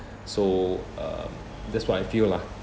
so uh that's what I feel lah